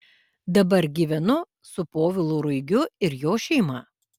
dabar gyvenu su povilu ruigiu ir jo šeima